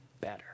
better